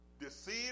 deceive